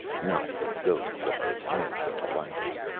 not the ghosts of the slain xotalancas.